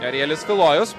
arielis filojus